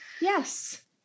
Yes